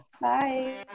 Bye